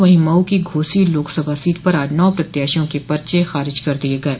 वहीं मऊ की घोसी लोकसभा सीट पर आज नौ प्रत्याशियों के पर्चे खारिज कर दिये गये